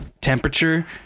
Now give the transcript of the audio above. temperature